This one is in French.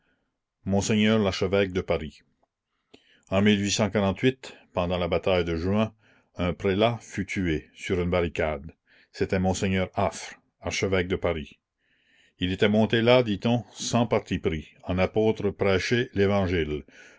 monseigneur l'archevêque de paris en pendant la bataille de juin un prélat fut tué sur une barricade c'était monseigneur affre archevêque de paris il était monté là dit-on sans parti pris en apôtre prêcher l'évangile